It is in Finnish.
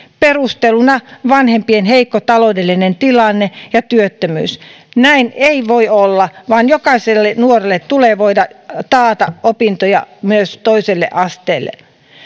perusteluna vanhempien heikko taloudellinen tilanne ja työttömyys näin ei voi olla vaan jokaiselle nuorelle tulee voida taata opintoja myös toiselle asteelle